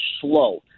slow